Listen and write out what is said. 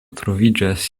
troviĝas